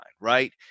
right